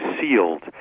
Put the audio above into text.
sealed